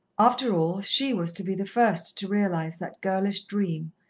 after all, she was to be the first to realize that girlish dream,